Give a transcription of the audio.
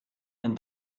and